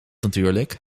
natuurlijk